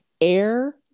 Air